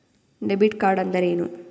Debit ಕಾರ್ಡ್ಅಂದರೇನು?